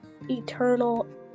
eternal